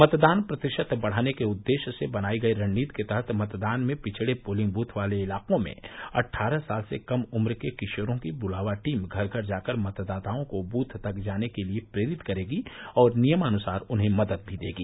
मतदान प्रतिशत बढ़ाने के उद्देश्य के लिए बनायो गयी रणनीति के तहत मतदान में पिछड़े पोलिंग दृथ वाले इलाको में अद्वारह साल से कम उम्र के किशोरों की बुलावा टीम घर घर जाकर मतदाताओं को दृथ तक जाने के लिए प्रेरित करेगी और नियमानुसार उन्हें मद्द भी देगी